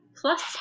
Plus